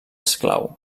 esclau